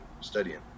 studying